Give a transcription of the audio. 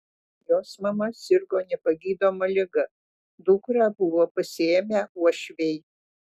jos mama sirgo nepagydoma liga dukrą buvo pasiėmę uošviai